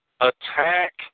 attack